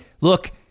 Look